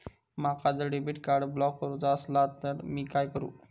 माका जर debit card block करूचा असला तर मी काय करू?